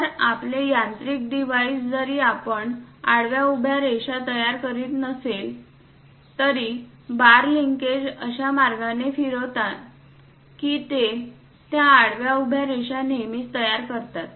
तर आपले यांत्रिक डिव्हाइस जरी आपण आडव्या उभ्या रेषा तयार करीत नसले तरी बार लिंकेज अशा मार्गाने फिरतात की ते या आडव्या उभ्या रेषा नेहमीच तयार करतात